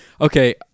Okay